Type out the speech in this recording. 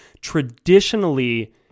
Traditionally